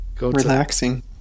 relaxing